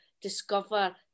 discover